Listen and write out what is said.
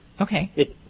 Okay